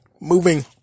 moving